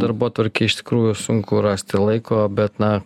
darbotvarkėj iš tikrųjų sunku rasti laiko bet na